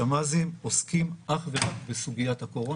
השמ"זים עוסקים אך ורק בסוגית הקורונה.